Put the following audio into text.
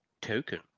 token